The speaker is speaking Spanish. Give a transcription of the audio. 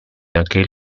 aquel